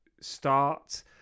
start